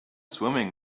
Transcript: swimming